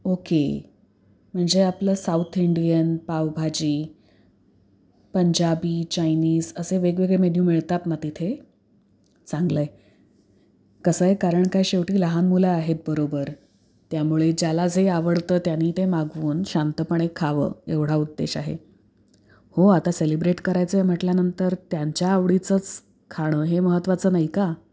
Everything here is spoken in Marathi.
ओके म्हणजे आपलं South Indian pav bhaji Punjabi Chinese असे वेगवेगळे मेन्यू मिळतात ना तिथे चांगलं आहे कसं आहे कारण काय शेवटी लहान मुलं आहेत बरोबर त्यामुळे ज्याला जे आवडतं त्यानी ते मागवून शांतपणे खावं एवढा उद्देश आहे हो आता सेलिब्रेट करायचं आहे म्हटल्यानंतर त्यांच्या आवडीचंच खाणं हे महत्त्वाचं नाही का